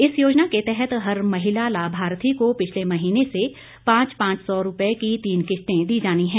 इस योजना के तहत हर महिला लाभार्थी को पिछले महीने से पांच पांच सौ रुपये की तीन किस्तें दी जानी हैं